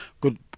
Good